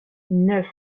neuf